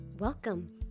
Welcome